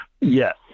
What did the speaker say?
yes